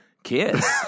Kids